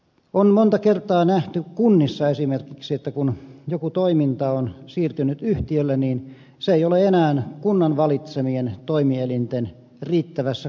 on monta kertaa nähty kunnissa esimerkiksi että kun joku toiminta on siirtynyt yhtiölle niin se ei ole enää kunnan valitsemien toimielinten riittävässä kontrollissa